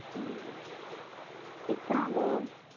ᱦᱩᱸ ᱪᱮᱫ ᱠᱟᱱᱟ ᱟᱫᱚ